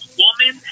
woman